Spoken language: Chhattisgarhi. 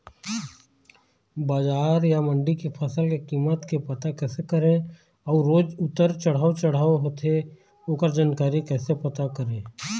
बजार या मंडी के फसल के कीमत के पता कैसे करें अऊ रोज उतर चढ़व चढ़व होथे ओकर जानकारी कैसे पता करें?